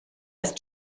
ist